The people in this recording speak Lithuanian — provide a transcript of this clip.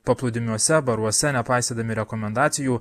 paplūdimiuose baruose nepaisydami rekomendacijų